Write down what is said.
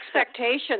expectations